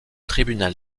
tribunal